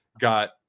got